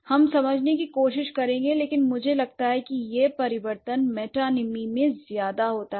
हम समझने की कोशिश करेंगे लेकिन मुझे लगता है कि यह परिवर्तन मेटानीमी में ज्यादा होता है